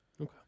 Okay